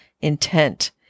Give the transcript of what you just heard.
intent